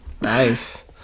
nice